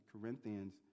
Corinthians